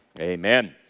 amen